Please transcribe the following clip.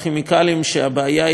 שהבעיה היא לא רק של מדינת ישראל,